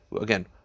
again